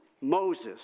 Moses